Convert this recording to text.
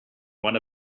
one